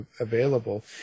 available